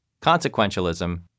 consequentialism